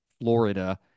Florida